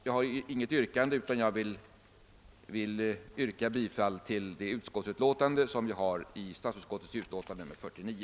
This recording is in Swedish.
Jag yrkar bifall till statsutskottets utlåtande nr 49.